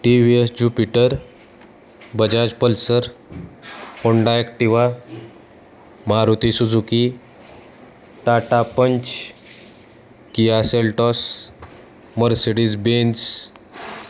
T V S Jupiter Bajaj Pulsar Honda Activa Maruti Suzuki Tata Punch Kia Seltos Mercedes Benz